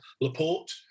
Laporte